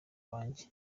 wanjye